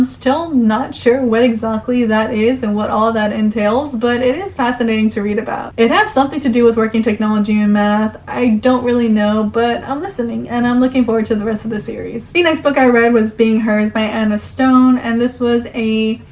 still not sure what exactly that is and what all that entails, but it is fascinating to read about. it has something to do with working technology and math. i don't really know, but i'm listening and i'm looking forward to the rest of the series. the next book i read was being hers by anna stone and this was a